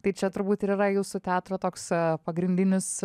tai čia turbūt ir yra jūsų teatro toks pagrindinis